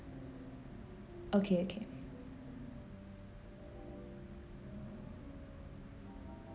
okay okay